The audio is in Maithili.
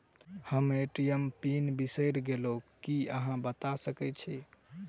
हम ए.टी.एम केँ पिन बिसईर गेलू की अहाँ बता सकैत छी?